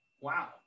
wow